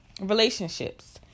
relationships